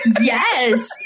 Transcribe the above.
Yes